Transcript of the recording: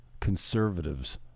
conservatives